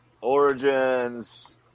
Origins